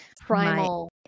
primal